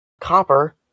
Copper